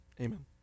Amen